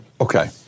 Okay